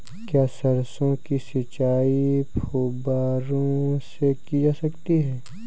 क्या सरसों की सिंचाई फुब्बारों से की जा सकती है?